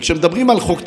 וכשמדברים על חוק,